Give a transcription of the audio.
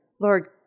Lord